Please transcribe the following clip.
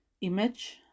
image